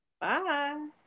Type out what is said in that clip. Bye